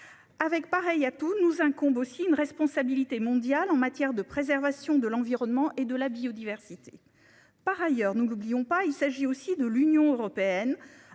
Avec pareil à tous nous incombe aussi une responsabilité mondiale en matière de préservation de l'environnement et de la biodiversité. Par ailleurs, nous l'oublions pas, il s'agit aussi de l'Union européenne